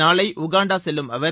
நாளை உகாண்டா செல்லும் அவர்